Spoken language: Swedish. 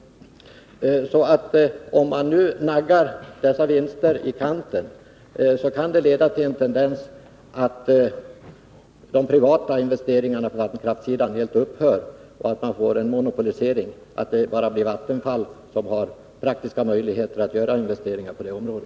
Naggas de här vinsterna i kanten, kan det leda till att de privata investeringarna på vattenkraftssidan helt upphör, så att det bara blir Vattenfall som har praktiska möjligheter att göra investeringar på detta område.